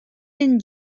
than